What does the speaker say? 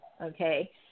okay